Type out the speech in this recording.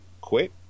quit